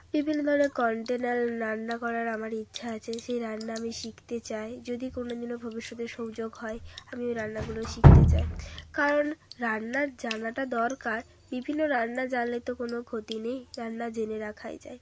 বিভিন্ন ধরনের কন্টিনেন্টাল রান্না করার আমার ইচ্ছা আছে সেই রান্না আমি শিখতে চাই যদি কোনোদিনও ভবিষ্যতে সুযোগ হয় আমি ওই রান্নাগুলো শিখতে চাই কারণ রান্না জানাটা দরকার বিভিন্ন রান্না জানলে তো কোনো ক্ষতি নেই রান্না জেনে রাখাই যায়